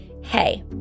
hey